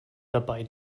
dabei